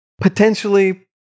potentially